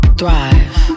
thrive